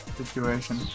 situation